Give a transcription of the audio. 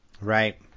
Right